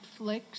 Netflix